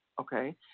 Okay